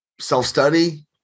self-study